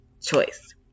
choice